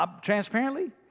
transparently